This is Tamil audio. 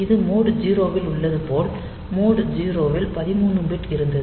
இது மோட் 0 இல் உள்ளது போல மோட் 0 இல் 13 பிட் இருந்தது